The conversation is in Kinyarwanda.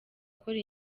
gukora